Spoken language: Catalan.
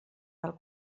del